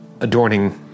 adorning